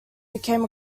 became